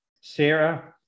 Sarah